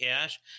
cash